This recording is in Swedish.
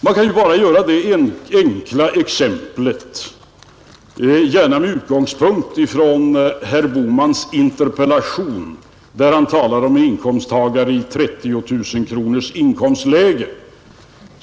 Man kan bara ta ett enkelt exempel — gärna med utgångspunkt från herr Bohmans interpellation, där han talar om en inkomsttagare med 30 000 kronor i årsinkomst.